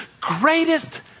greatest